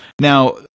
Now